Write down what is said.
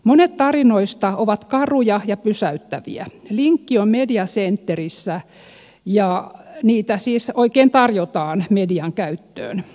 monet tarinoista ovat karuja ja pysäyttäviä ja niitä siis oikein tarjotaan median käyttöön linkki on media centerissä